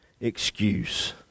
excuse